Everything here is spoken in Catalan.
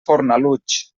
fornalutx